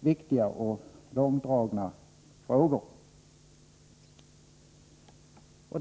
viktiga och långdragna frågor.